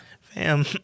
Fam